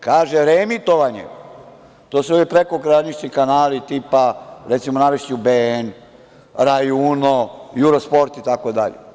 Kaže – reemitovanje, to su ovi prekogranični kanali, recimo, navešću BN, RAI Uno, Eurosport itd.